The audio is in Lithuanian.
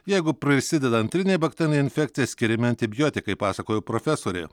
jeigu prisideda antrinė bakterinė infekcija skiriami antibiotikai pasakojo profesorė